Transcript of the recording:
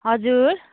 हजुर